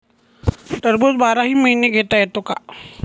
टरबूज बाराही महिने घेता येते का?